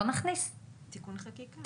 בואו נכניס תיקון חקיקה.